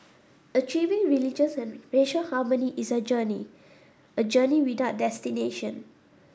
achieving religious and racial harmony is a journey a journey without destination